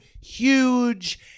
huge